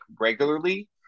regularly